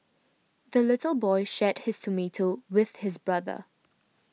the little boy shared his tomato with his brother